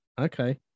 Okay